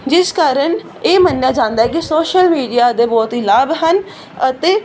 ਜਿਸ ਕਾਰਨ ਇਹ ਮੰਨਿਆ ਜਾਂਦਾ ਕਿ ਸੋਸ਼ਲ ਮੀਡੀਆ ਦੇ ਬਹੁਤ ਹੀ ਲਾਭ ਹਨ ਅਤੇ